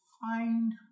find